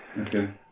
Okay